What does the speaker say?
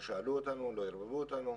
לא שאלו אותנו ולא עירבו אותנו.